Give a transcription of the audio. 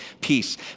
peace